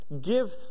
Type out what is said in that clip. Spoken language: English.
Give